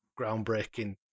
groundbreaking